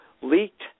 leaked